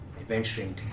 adventuring